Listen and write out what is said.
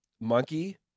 Monkey